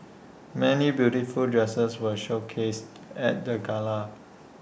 many beautiful dresses were showcased at the gala